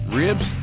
ribs